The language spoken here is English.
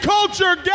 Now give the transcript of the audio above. Culture